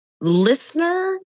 listener